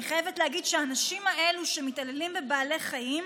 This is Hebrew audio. אני חייבת להגיד שהאנשים האלה שמתעללים בבעלי חיים